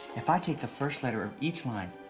if i take the first letter of each line,